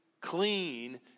clean